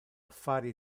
affari